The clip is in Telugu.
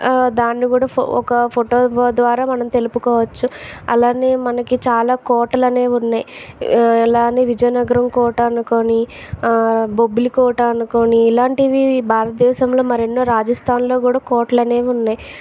దాన్ని గూడ ఒక ఫోటో ద్వారా మనం తెలుపుకోవచ్చు అలానే మనకి చాలా కోటలు అనేవి ఉన్నాయి ఎలా అని విజయనగరం కోట అనుకొని బొబ్బిలి కోట అనుకొని ఇలాంటివి భారతదేశంలో మరెన్నో రాజస్థాన్లో కూడా కోటలనేవి ఉన్నాయి